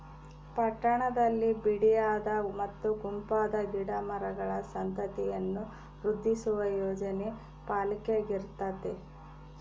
ಪಟ್ಟಣದಲ್ಲಿ ಬಿಡಿಯಾದ ಮತ್ತು ಗುಂಪಾದ ಗಿಡ ಮರಗಳ ಸಂತತಿಯನ್ನು ವೃದ್ಧಿಸುವ ಯೋಜನೆ ಪಾಲಿಕೆಗಿರ್ತತೆ